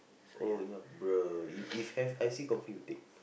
oh ya bruh if if have I_C confirm you take